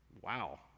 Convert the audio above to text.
Wow